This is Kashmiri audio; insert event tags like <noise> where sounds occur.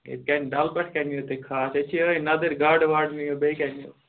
<unintelligible> ڈل پٮ۪ٹھ کیٛاہ نِیِو تُہۍ خاص ییٚتہِ چھِ یِہوٚے نَدٕرۍ گاڈٕ واڈٕ نِیِو بیٚیہِ کیٛاہ نِیِو